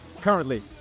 Currently